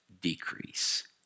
decrease